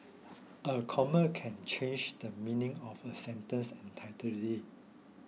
a comma can change the meaning of a sentence